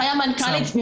מנכ"לית.